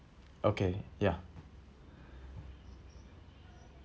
okay ya